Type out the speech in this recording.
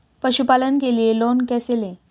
पशुपालन के लिए लोन कैसे लें?